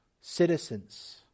citizens